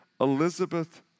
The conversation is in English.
Elizabeth